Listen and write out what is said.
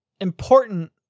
important